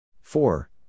Four